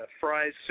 fries